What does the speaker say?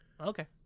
Okay